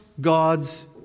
God's